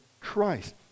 christ